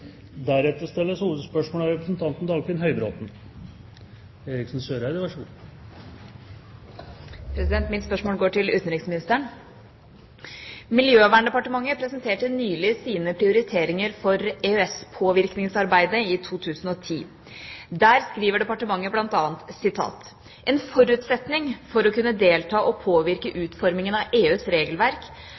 Mitt spørsmål går til utenriksministeren. Miljøverndepartementet presenterte nylig sine prioriteringer for EØS-påvirkningsarbeidet i 2010. Der skriver departementet bl.a.: «En forutsetning for å kunne delta og påvirke utformingen av EUs regelverk